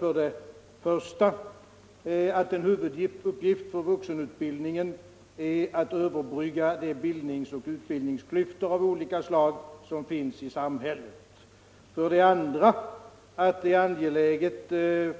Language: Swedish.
För det första: ”En huvuduppgift för vuxenutbildningen ——— är således att överbrygga de bildningsoch utbildningsklyftor av olika slag som finns i samhället i dag.” För det andra: Det är angeläget